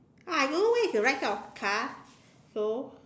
uh I don't know where is the right side of the car so